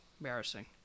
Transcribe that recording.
embarrassing